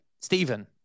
Stephen